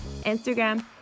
Instagram